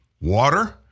water